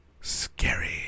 scary